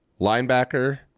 linebacker